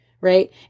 right